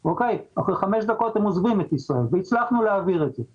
שאחרי 5 דקות הם עוזבים את ישראל אבל הצלחנו להעביר את זה.